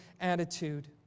attitude